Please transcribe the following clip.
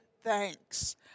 thanks